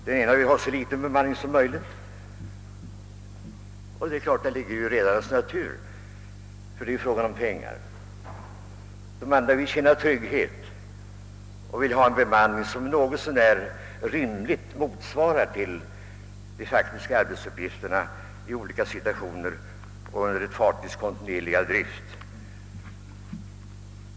Redarna vill ha så liten bemanning som möjligt — det ligger ju i sakens natur, eftersom det för redarna är fråga om pengar — och de ombordanställda vill, för att kunna känna trygghet, ha en bemanning som något så när svarar mot de faktiska arbetsuppgifter som kan bli aktuella i olika situationer under ett fartygs kontinuerliga drift.